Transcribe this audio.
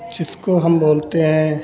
जिसको हम बोलते हैं